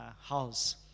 house